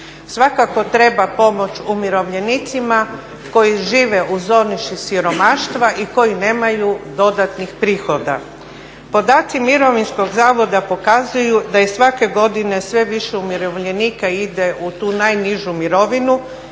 Svakako treba pomoć umirovljenicima koji žive u zoni siromaštva i koji nemaju dodatnih prihoda. Podaci Mirovinskog zavoda pokazuju da je svake godine sve više umirovljenika ide u tu najnižu mirovinu